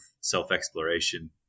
self-exploration